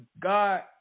God